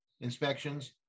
inspections